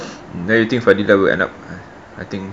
never think fadilah eh will end up I think